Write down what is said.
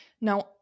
Now